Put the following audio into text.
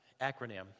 acronym